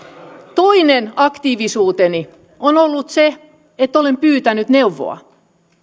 toinen aktiivisuuteni on ollut se että olen pyytänyt neuvoa